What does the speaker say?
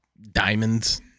diamonds